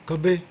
ਖੱਬੇ